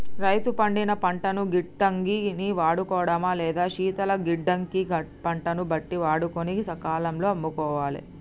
రైతు పండిన పంటను గిడ్డంగి ని వాడుకోడమా లేదా శీతల గిడ్డంగి గ పంటను బట్టి వాడుకొని సకాలం లో అమ్ముకోవాలె